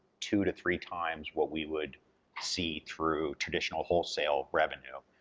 two to three times what we would see through traditional wholesale revenue.